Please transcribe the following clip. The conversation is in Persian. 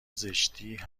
زشتی